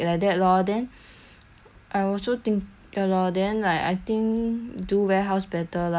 I also think ya lor then like I think do warehouse better lah cause my future like